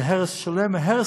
זה הרס שלם, והרס